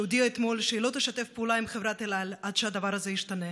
שהודיעה אתמול שהיא לא תשתף פעולה עם חברת אל על עד שהדבר הזה ישתנה.